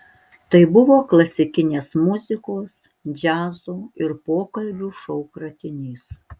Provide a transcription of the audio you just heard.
tai buvo klasikinės muzikos džiazo ir pokalbių šou kratinys